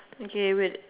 okay wait